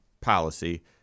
policy